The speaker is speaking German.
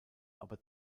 aber